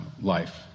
life